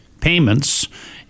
payments